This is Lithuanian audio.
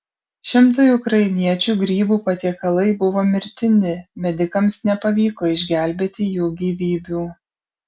šimtui ukrainiečių grybų patiekalai buvo mirtini medikams nepavyko išgelbėti jų gyvybių